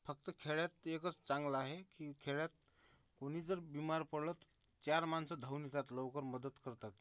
फक्त खेड्यात एकच चांगलं आहे की खेड्यात कुणी जर बीमार पडलं चार माणसं धावून येतात लवकर मदत करतात